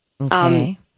Okay